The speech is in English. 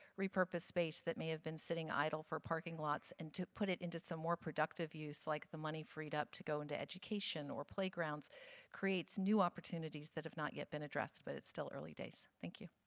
repurpose space that may have been sitting idle for parking lots and to put it into some more productive use like the money freed up to go into education or playgrounds creates new opportunities that have not yet been addressed, but it's still early days. thank you.